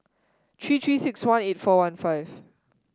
three Three six one eight four one five